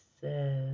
says